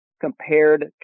compared